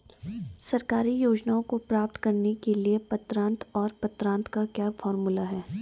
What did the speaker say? सरकारी योजनाओं को प्राप्त करने के लिए पात्रता और पात्रता का क्या फार्मूला है?